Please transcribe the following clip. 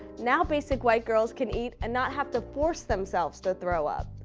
now, basic white girls can eat and not have to force themselves to throw up.